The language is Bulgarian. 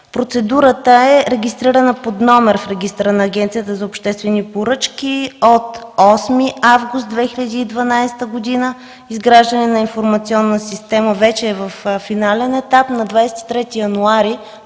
Процедурата е регистрирана под номер в Регистъра на Агенцията за обществени поръчки от 8 август 2012 г. Изграждането на информационна система вече е във финален етап. На 23 януари,